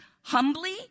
humbly